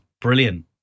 brilliant